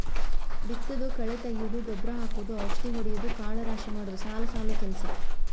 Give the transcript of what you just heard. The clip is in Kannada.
ಬಿತ್ತುದು ಕಳೆ ತಗಿಯುದು ಗೊಬ್ಬರಾ ಹಾಕುದು ಔಷದಿ ಹೊಡಿಯುದು ಕಾಳ ರಾಶಿ ಮಾಡುದು ಸಾಲು ಸಾಲು ಕೆಲಸಾ